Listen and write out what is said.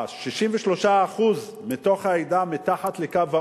63% מהעדה מתחת לקו העוני,